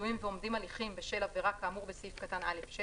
תלויים ועומדים הליכים בשל עבירה כאמור בסעיף קטן (א)(6),